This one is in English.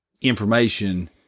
information